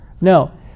No